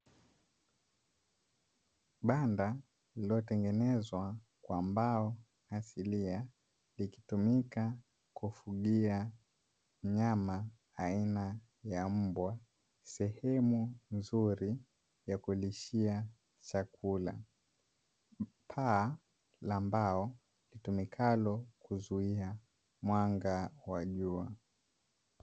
Banda lililotengenezwa kwa mbao asilia likitumika kufugia mnyama aina ya mbwa, sehemu nzuri ya kulishia chakula, paa la mbao litumikalo kuzuia mwanga wa jua.